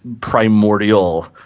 primordial